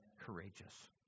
courageous